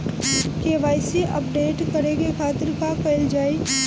KYC update करे के खातिर का कइल जाइ?